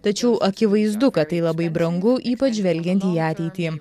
tačiau akivaizdu kad tai labai brangu ypač žvelgiant į ateitį